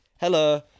Hello